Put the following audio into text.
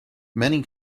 many